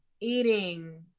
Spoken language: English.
eating